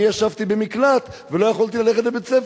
ישבתי במקלט ולא יכולתי ללכת לבית-הספר.